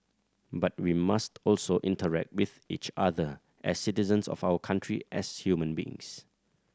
but we must also interact with each other as citizens of our country as human beings